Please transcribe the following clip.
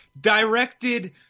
directed